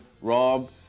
Rob